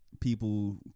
people